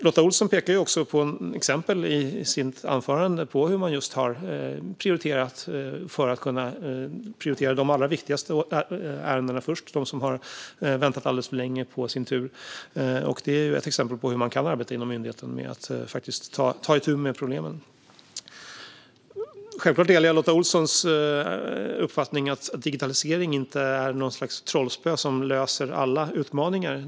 Lotta Olsson pekar i sitt anförande också på hur man har prioriterat för att först kunna behandla de allra viktigaste ärendena, som har väntat alldeles för länge på sin tur. Det är ett exempel på hur man kan arbeta inom myndigheten med att ta itu med problemen. Självklart delar jag Lotta Olssons uppfattning att digitalisering inte är något slags trollspö som löser alla utmaningar.